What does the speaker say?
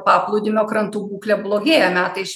paplūdimio krantų būklė blogėja metai iš